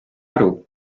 aru